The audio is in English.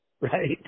Right